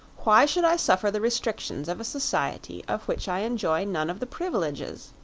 why should i suffer the restrictions of a society of which i enjoy none of the privileges?